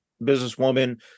businesswoman